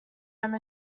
home